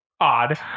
odd